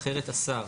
אחרת השר.